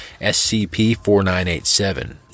SCP-4987